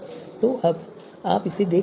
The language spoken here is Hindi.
तो अब आप इसे यहाँ देख सकते हैं